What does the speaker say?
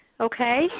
okay